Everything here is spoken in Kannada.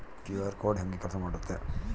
ಕ್ಯೂ.ಆರ್ ಕೋಡ್ ಹೆಂಗ ಕೆಲಸ ಮಾಡುತ್ತೆ?